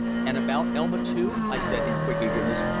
and about elma, too? i said in quick eagerness.